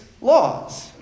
laws